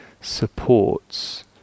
supports